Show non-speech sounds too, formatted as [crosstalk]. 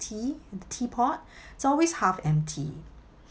tea the teapot [breath] it's always half empty